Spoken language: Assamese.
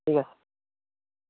ঠিক আছে